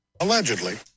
Allegedly